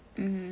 mmhmm